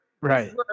Right